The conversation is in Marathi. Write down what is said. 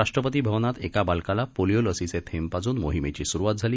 राष्ट्रपती भवनात एका बालकाला पोलिओ लसीचे थेंब पाजून मोहिमेची सुरुवात झाली